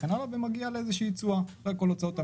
ואז מגיעה לאיזו שהיא תשואה שוטפת.